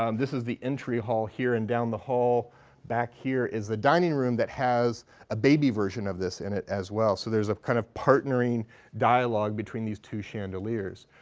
um this is the entry hall here. and down the hall back here is the dining room that has a baby version of this in it as well. so there's a kind of partnering dialogue between these two chandeliers.